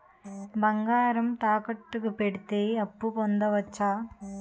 బంగారం తాకట్టు కి పెడితే అప్పు పొందవచ్చ?